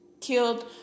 killed